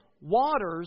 waters